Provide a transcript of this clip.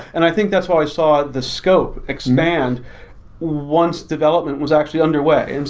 and i think that's where i saw the scope expand once development was actually underway. and